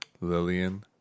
Lillian